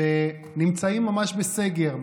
שנמצאים ממש בסגר.